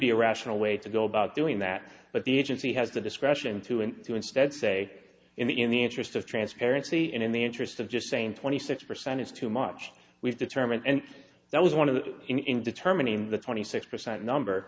be a rational way to go about doing that but the agency has the discretion to and to instead say in the in the interest of transparency and in the interest of just saying twenty six percent is too much we've determined and that was one of the in determining the twenty six percent number